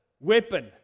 weapon